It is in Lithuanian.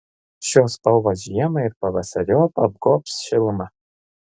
šios spalvos žiemą ir pavasariop apgobs šiluma